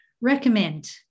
recommend